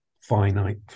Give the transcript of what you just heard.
finite